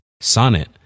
Sonnet